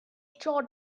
jaw